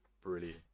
Brilliant